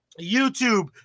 youtube